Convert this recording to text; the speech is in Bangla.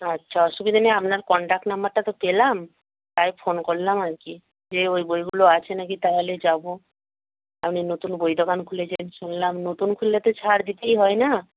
আচ্ছা অসুবিধা নেই আপনার কনট্যাক্ট নাম্বারটা তো পেলাম তাই ফোন করলাম আর কি যে ওই বইগুলো আছে না কি তাহলে যাব আপনি নতুন বই দোকান খুলেছেন শুনলাম নতুন খুললে তো ছাড় দিতেই হয় না